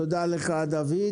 תודה לך דוד.